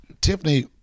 Tiffany